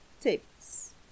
tips